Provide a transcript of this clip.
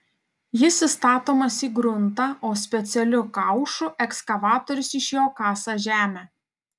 jis įstatomas į gruntą o specialiu kaušu ekskavatorius iš jo kasa žemę